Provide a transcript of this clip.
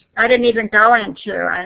i didn't even go and into,